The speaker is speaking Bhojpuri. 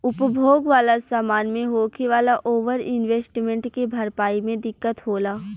उपभोग वाला समान मे होखे वाला ओवर इन्वेस्टमेंट के भरपाई मे दिक्कत होला